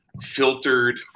filtered